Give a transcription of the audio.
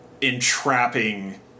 entrapping